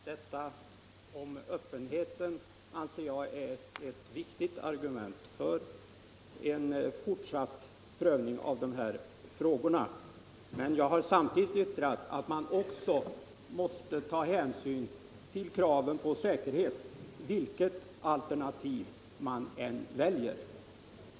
Herr talman! Detta om öppenheten anser jag vara ett viktigt argument för en fortsatt prövning av de här frågorna, men jag har också sagt att man samtidigt måste ta hänsyn till kravet på säkerhet, vilket alternativ man än väljer.